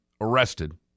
arrested